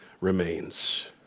remains